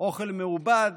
אוכל מעובד,